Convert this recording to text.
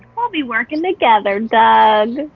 we'll be working together, doug.